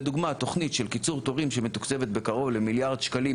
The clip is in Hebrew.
לדוגמה תכנית של קיצור תורים שמתוקצבת בקרוב למיליארד שקלים